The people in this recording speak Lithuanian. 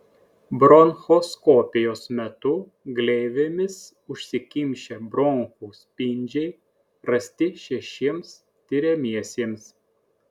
bronchoskopijos metu gleivėmis užsikimšę bronchų spindžiai rasti šešiems tiriamiesiems